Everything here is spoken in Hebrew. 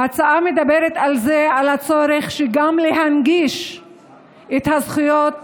ההצעה מדברת גם על הצורך להנגיש את הזכויות